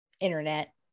internet